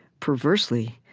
perversely,